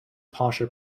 posher